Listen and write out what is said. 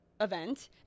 event